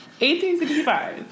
1865